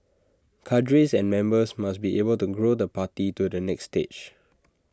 cadres and members must be able to grow the party to the next stage